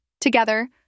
Together